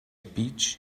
beach